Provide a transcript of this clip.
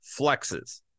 flexes